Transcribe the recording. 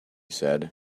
said